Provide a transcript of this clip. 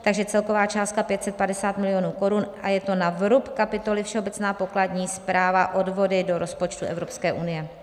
Takže celková částka 550 milionů korun a je to na vrub kapitoly Všeobecná pokladní správa, odvody do rozpočtu Evropské unie.